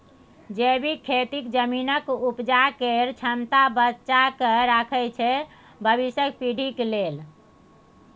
जैबिक खेती जमीनक उपजाबै केर क्षमता बचा कए राखय छै भबिसक पीढ़ी लेल